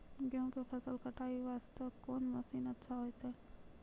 गेहूँ के फसल कटाई वास्ते कोंन मसीन अच्छा होइतै?